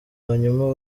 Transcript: hanyuma